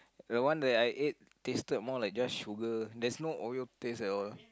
the one that I ate tasted more like just sugar there's no oreo taste at all